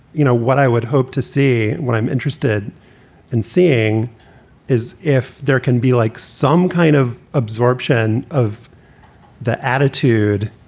you know what i would hope to see what i'm interested in seeing is if there can be like some kind of absorption of that attitude